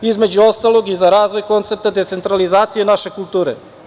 Između ostalog i za razvoj koncepta decentralizacije naše kulture.